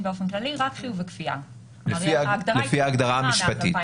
באופן כללי רק חיוב וכפייה --- לפי ההגדרה המשפטית.